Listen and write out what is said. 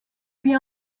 puis